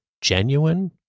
genuine